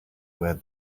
where